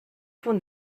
punt